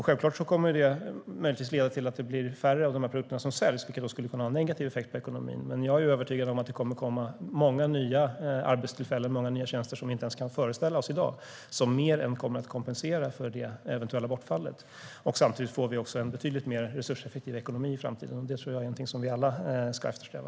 Detta kommer möjligtvis att leda till att färre av dessa produkter säljs, vilket skulle kunna ha en negativ effekt på ekonomin. Men jag är övertygad om att det kommer att komma många nya arbetstillfällen och tjänster som vi inte ens kan föreställa oss i dag som än mer kommer att kompensera för detta eventuella bortfall. Samtidigt får vi en betydligt mer resurseffektiv ekonomi i framtiden, och det tror jag är någonting som vi alla ska eftersträva.